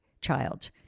child